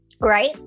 Right